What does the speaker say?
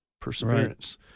perseverance